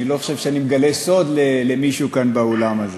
אני לא חושב שאני מגלה סוד למישהו כאן באולם הזה,